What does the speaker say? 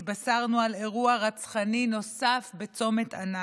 התבשרנו על אירוע רצחני נוסף בצומת ענאתא,